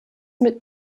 mit